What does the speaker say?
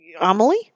Amelie